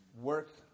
work